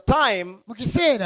time